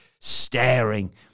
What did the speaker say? staring